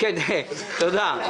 תודה.